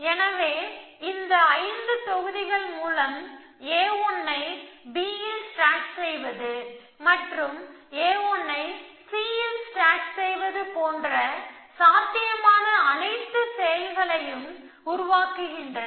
எனவே இந்த 5 தொகுதிகள் மூலம் A1 ஐ B ல் ஸ்டேக் செய்வது மற்றும் A1 ஐ C ல் ஸ்டேக் செய்வது போன்ற சாத்தியமான அனைத்து செயல்களையும் உருவாக்குகின்றன